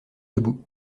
debout